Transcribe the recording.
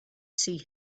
see